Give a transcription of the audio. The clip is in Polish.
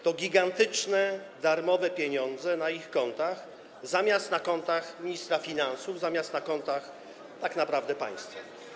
To gigantyczne darmowe pieniądze na ich kontach zamiast na kontach ministra finansów, zamiast na kontach tak naprawdę państwa.